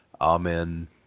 Amen